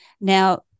Now